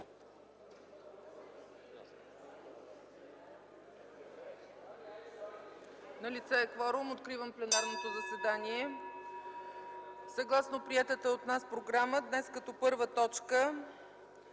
Налице е кворум. Откривам пленарното заседание. (Звъни.) Съгласно приетата от нас програма днес като първа точка